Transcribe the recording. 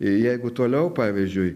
jeigu toliau pavyzdžiui